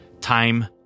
time